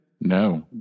no